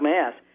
Mass